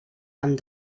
amb